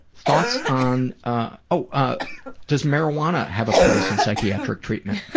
thoughts on, ah ah does marijuana have a place in psychiatric treatment?